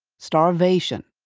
starvation,